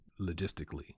logistically